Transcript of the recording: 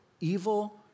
evil